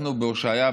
בהושעיה,